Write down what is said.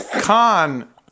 Con